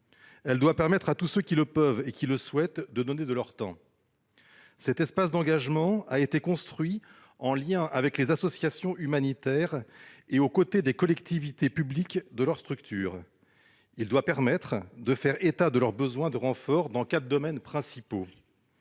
Elle doit permettre à tous ceux qui le peuvent et qui le souhaitent de donner de leur temps. Cet espace d'engagement a été construit en lien avec les associations humanitaires et aux côtés des collectivités publiques et de leurs structures. Il doit leur permettre de faire état de leurs besoins de renforts dans quatre domaines principaux